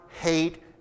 hate